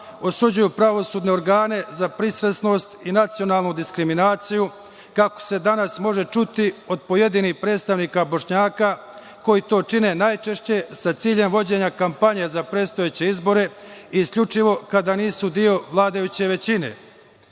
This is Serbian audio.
osuđuju pravosudne organe za pristrasnost i nacionalnu diskriminaciju, kako se danas može čuti od pojedinih predstavnika Bošnjaka, koji to čine najčešće sa ciljem vođenja kampanje za predstojeće izbore i isključivo kada nisu deo vladajuće većine. Dakle,